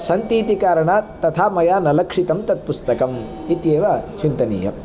सन्तीति कारणात् तथा मया न लक्षितं तत् पुस्तकम् इत्येव चिन्तनीयम्